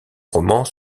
romans